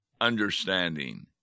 understanding